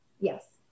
Yes